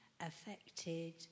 affected